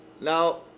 now